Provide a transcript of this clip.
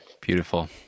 Beautiful